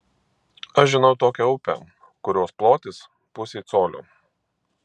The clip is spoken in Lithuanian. aš žinau tokią upę kurios plotis pusė colio